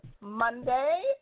Monday